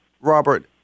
Robert